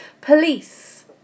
Police